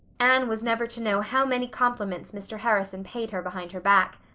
anne was never to know how many compliments mr. harrison paid her behind her back.